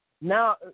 now